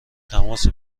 تماس